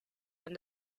and